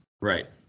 Right